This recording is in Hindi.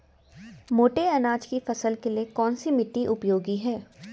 मोटे अनाज की फसल के लिए कौन सी मिट्टी उपयोगी है?